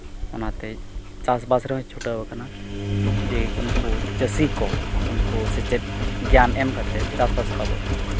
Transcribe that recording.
ᱚᱱᱟᱛᱮ ᱪᱟᱥᱵᱟᱥ ᱨᱮᱦᱚᱸᱭ ᱪᱷᱩᱴᱟᱹᱣᱟᱠᱟᱱᱟ ᱡᱮ ᱩᱱᱠᱩ ᱪᱟᱹᱥᱤ ᱠᱚ ᱩᱱᱠᱩ ᱥᱮᱪᱮᱫ ᱜᱮᱭᱟᱱ ᱮᱢ ᱠᱟᱛᱮᱫ ᱪᱟᱥᱵᱟᱥ ᱵᱟᱵᱚᱫ